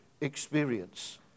experience